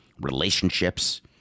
relationships